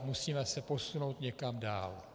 Musíme se posunout někam dál.